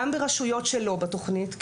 גם ברשויות שלא בתוכנית,